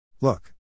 Look